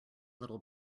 little